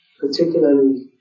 particularly